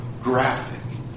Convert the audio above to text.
graphic